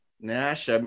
Nash